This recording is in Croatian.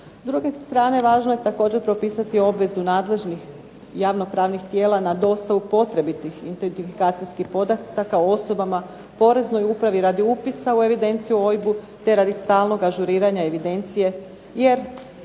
S druge strane važno je također propisati obvezu nadležnih javno-pravnih tijela na dostavu potrebitih identifikacijskih podataka o osobama Poreznoj upravi radi upisa u evidenciju o OIB-u, te radi stalnog ažuriranja evidencije jer